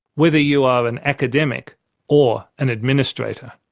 whether you are an academic or an administrator.